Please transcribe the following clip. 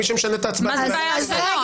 מי שמשנה את ההצבעה --- מה זה בעיה שלו?